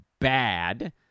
bad